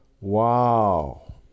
wow